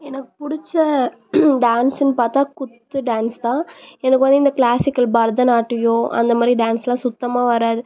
எனக்கு பிடிச்ச டான்ஸ்னு பார்த்தா குத்து டான்ஸ் தான் எனக்கு வந்து இந்த க்ளாசிக்கல் பரதநாட்டியம் அந்த மாதிரி டான்ஸெல்லாம் சுத்தமாக வராது